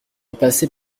passer